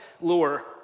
lure